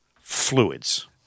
fluids